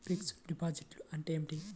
Fixed డిపాజిట్లు అంటే ఏమిటి?